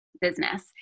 business